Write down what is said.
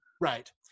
Right